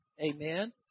amen